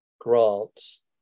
grants